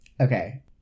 Okay